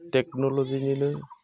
टेकन'ल'जिनिनो